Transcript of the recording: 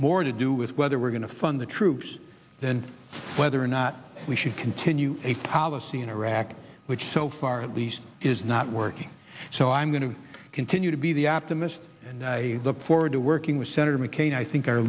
more to do with whether we're going to fund the troops than whether or not we should continue a policy in iraq which so far at least is not working so i'm going to continue to be the optimist and i look forward to working with senator mccain i think our